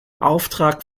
auftrag